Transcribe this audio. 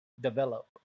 develop